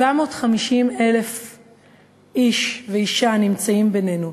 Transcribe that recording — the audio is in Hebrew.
750,000 איש ואישה נמצאים בינינו,